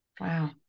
Wow